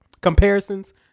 comparisons